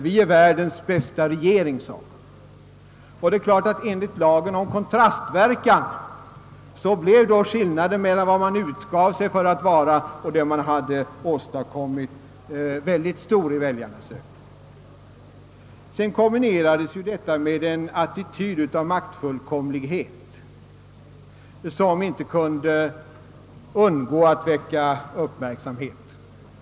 Vi är världens bästa regering, sade man. Enligt lagen om kontrastverkan blev skillnaden mellan vad man utgav sig för att vara och det man hade åstadkommit väldigt stor i väljarnas ögon. Detta kombinerades med en attityd av maktfullkomlighet, som inte kunde undgå att väcka uppmärksamhet.